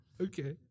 Okay